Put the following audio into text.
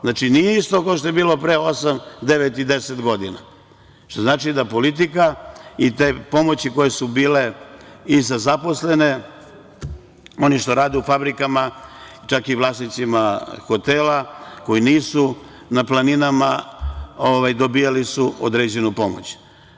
Znači nije isto kao što je bilo pre osam, devet i deset godina, što znači da politika i te pomoći koje su bile i za zaposlene, oni što rade u fabrikama, čak i vlasnicima hotela koji nisu na planinama, dobijali su određenu pomoć.